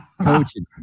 coaching